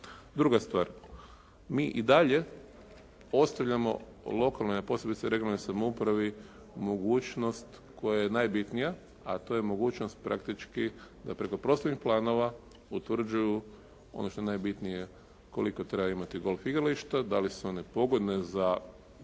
Druga stvar, mi i dalje ostavljamo lokalnoj, a posebice regionalnoj samoupravi mogućnost koja je najbitnija, a to je mogućnost praktički da preko prostornih planova utvrđuju ono što je najbitnije, koliko treba imati golf igrališta, da li su one pogodne za